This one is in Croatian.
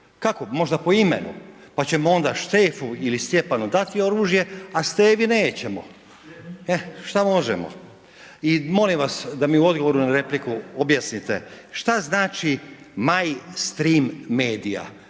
Kako, možda po imenu? Pa ćemo onda Štefu ili Stjepanu dati oružje, a Stevi nećemo, e šta možemo. I molim vas da mi u odgovoru na repliku objasnite, šta znači – maj strim medija